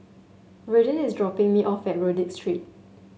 Redden is dropping me off at Rodyk Street